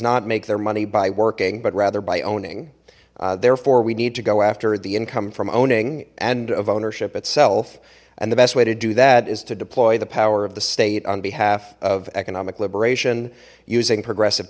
not make their money by working but rather by owning therefore we need to go after the income from owning and of ownership itself and the best way to do that is to deploy the power of the state on behalf of economic liberation using progressive